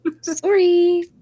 Sorry